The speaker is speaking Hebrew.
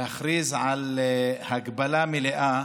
להכריז על הגבלה מלאה.